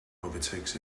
overtakes